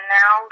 now